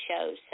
shows